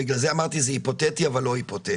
בגלל זה אמרתי זה היפותטי אבל לא היפותטי,